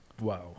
wow